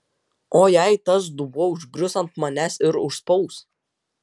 o jei tas dubuo užgrius ant manęs ir užspaus